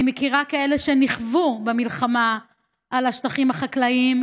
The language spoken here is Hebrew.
אני מכירה כאלה שנכוו במלחמה על השטחים החקלאיים,